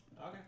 Okay